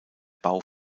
bau